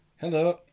Hello